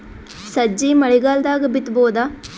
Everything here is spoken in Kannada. ಸಜ್ಜಿ ಮಳಿಗಾಲ್ ದಾಗ್ ಬಿತಬೋದ?